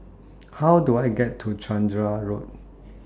How Do I get to Chander Road